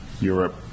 Europe